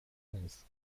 dance